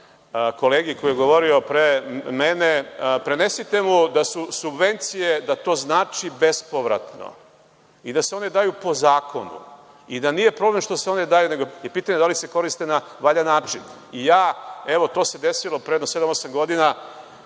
kolegi, koji je govorio pre mene, prenesite mu da subvencije znače bespovratno i da se one daju po zakonu i da nije problem što se one daju, nego je pitanje da li se koriste na valjan način. To se desilo pre jedno